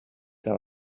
that